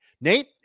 Nate